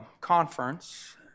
conference